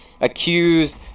accused